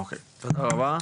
אוקי, תודה רבה,